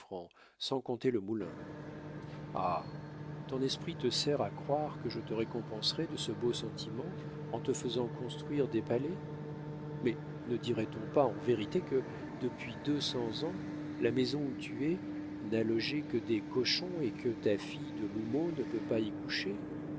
sans compter le moulin ah ton esprit te sert à croire que je te récompenserai de ce beau sentiment en te faisant construire des palais mais ne dirait-on pas en vérité que depuis deux cents ans la maison où tu es n'a logé que des cochons et que ta fille de l'houmeau ne peut pas y coucher